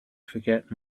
forget